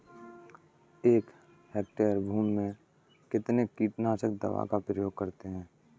एक हेक्टेयर भूमि में कितनी कीटनाशक दवा का प्रयोग करें?